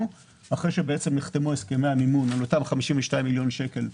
אחרי שנחתמו הסכמי המימון עם המדינה על אותם 52 מיליון שקל,